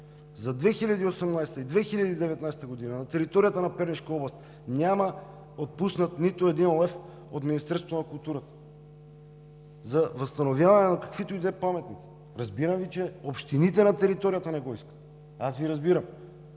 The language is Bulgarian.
За 2018-а и 2019 г. на територията на Пернишка област няма отпуснат нито един лев от Министерството на културата за възстановяване на каквито ѝ да е паметници. Разбирам Ви, че общините на територията не го искат. Аз Ви разбирам!